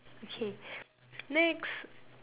okay next